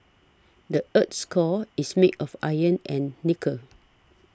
the earth's core is made of iron and nickel